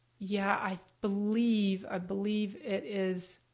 yeah i believe ah believe it is,